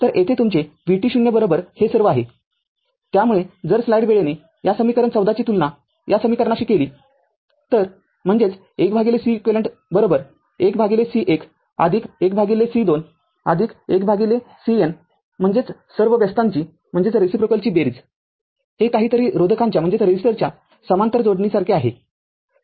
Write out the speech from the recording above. तरयेथे तुमचे vt0 हे सर्व आहे त्यामुळेजर स्लाईड वेळेने या समीकरण १४ ची तुलना या समीकरणाशी केली तरम्हणजेच १Ceq १C१ १C२ ते १CN म्हणजे सर्व व्यस्तांची बेरीजहे काहीतरी रोधकांच्या समांतर जोडणीसारखे आहे